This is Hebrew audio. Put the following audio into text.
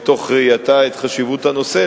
מתוך ראייתה את חשיבות הנושא,